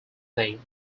name